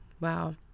wow